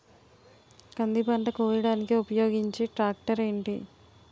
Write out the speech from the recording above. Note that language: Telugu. కంది పంట కోయడానికి ఉపయోగించే ట్రాక్టర్ ఏంటి?